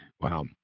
Wow